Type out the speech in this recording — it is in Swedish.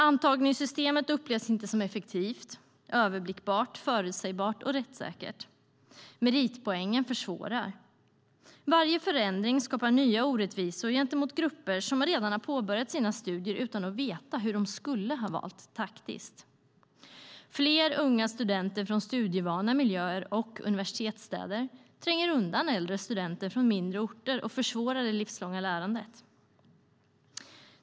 Antagningssystemet upplevs inte som effektivt, överblickbart, förutsägbart och rättssäkert. Meritpoängen försvårar. Varje förändring skapar nya orättvisor gentemot grupper som redan påbörjat sina studier utan att veta hur de skulle ha valt taktiskt. Fler unga studenter från studievana miljöer och universitetsstäder tränger undan äldre studenter från mindre orter och försvårar det livslånga lärandet.